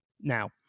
Now